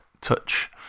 touch